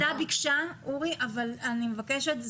הוועדה ביקשה אבל אני מבקשת,